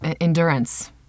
endurance